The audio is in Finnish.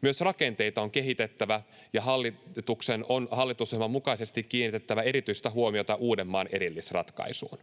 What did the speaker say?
Myös rakenteita on kehitettävä, ja hallituksen on hallitusohjelman mukaisesti kiinnitettävä erityistä huomiota Uudenmaan erillisratkaisuun.